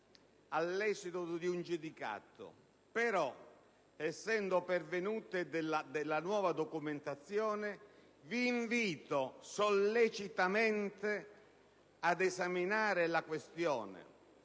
all'esito di un giudicato, però essendo pervenuta nuova documentazione, vi invito sollecitamente ad esaminare la questione»,